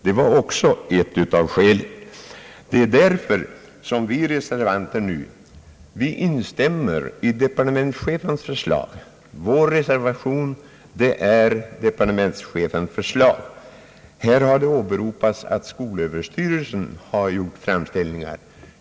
Det är därför som vi reservanter nu instämmer i departementschefens förslag; vår reservation är lika med departementschefens förslag. Här har åberopats att skolöverstyrel sen gjort framställningar.